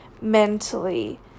mentally